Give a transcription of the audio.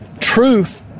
truth